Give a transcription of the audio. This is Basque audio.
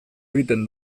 egiten